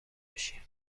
بشی